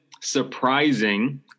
surprising